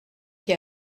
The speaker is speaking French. qui